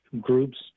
groups